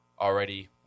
already